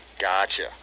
Gotcha